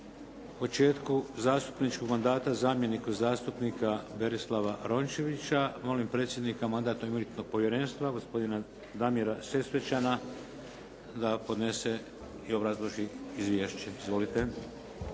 početku zastupničkog mandata zamjeniku zastupnika Berislava Rončevića. Molim predsjednika Mandatno-imunitetnog povjerenstva gospodina Damira Sesvečana da podnese i obrazloži izvješće. Izvolite.